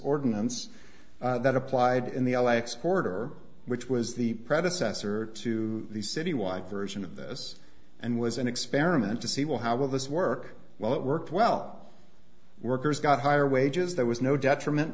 ordinance that applied in the l a x corridor which was the predecessor to the city one version of this and was an experiment to see well how will this work well it worked well workers got higher wages there was no detriment